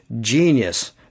genius